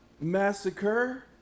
Massacre